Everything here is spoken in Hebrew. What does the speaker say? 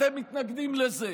אתם מתנגדים לזה,